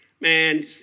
man